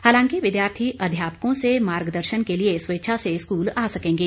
हालांकि विद्यार्थी अध्यापकों से मार्गदर्शन के लिए स्वेच्छा से स्कूल आ सकेंगे